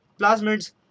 plasmids